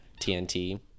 TNT